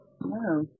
No